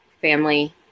family